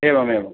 एवमेवम्